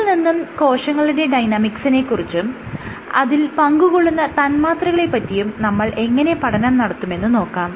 ഇതിൽ നിന്നും കോശങ്ങളുടെ ഡൈനാമിക്സിനെ കുറിച്ചും അതിൽ പങ്കുകൊള്ളുന്ന തന്മാത്രകളെ പറ്റിയും നമ്മൾ എങ്ങനെ പഠനം നടത്തുമെന്ന് നോക്കാം